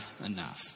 enough